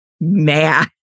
mad